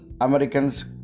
Americans